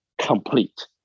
complete